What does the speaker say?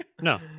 no